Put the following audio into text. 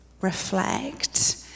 reflect